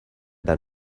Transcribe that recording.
than